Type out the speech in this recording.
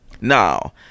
Now